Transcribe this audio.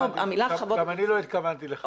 המילה 'חוות' --- גם אני לא התכוונתי לחוות.